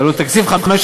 הלוא תקציב 15'